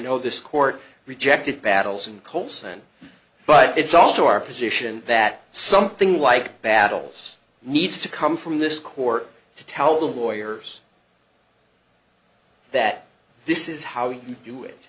know this court rejected battles and colson but it's also our position that something like battles needs to come from this court to tell the boyers that this is how you do it